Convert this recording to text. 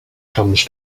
comes